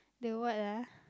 the what ah